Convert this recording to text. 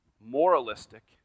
moralistic